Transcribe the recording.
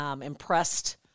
impressed